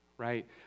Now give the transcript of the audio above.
right